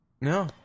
No